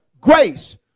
Grace